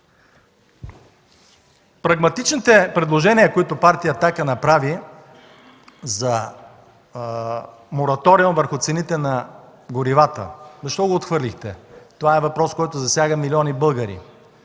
прагматичните предложения, които Партия „Атака” направи, за мораториум върху цените на горивата? Това е въпрос, който засяга милиони българи.